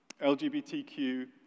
LGBTQ